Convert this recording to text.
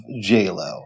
J-Lo